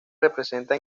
representa